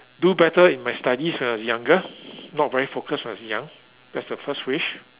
do better in my studies when I was younger not very focused when I was young that's the first wish